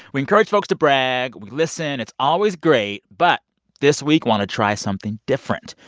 we encourage folks to brag. we listen. it's always great. but this week, want to try something different.